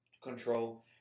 control